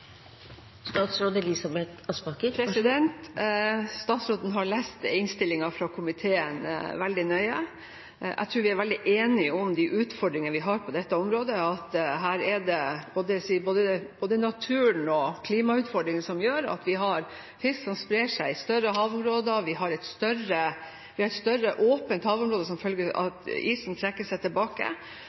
Statsråden har lest innstillingen fra komiteen veldig nøye. Jeg tror vi er veldig enige om de utfordringene vi har på dette området. Både naturen og klimautfordringene gjør at vi har fisk som sprer seg over større havområder, og vi har et større åpent havområde som følge av at isen trekker seg tilbake.